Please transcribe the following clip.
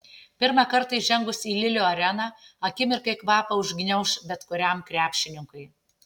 pirmą kartą įžengus į lilio areną akimirkai kvapą užgniauš bet kuriam krepšininkui